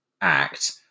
Act